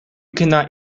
cannot